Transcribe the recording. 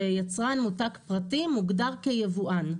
שיצרן מותג פרטי מוגדר כיבואן.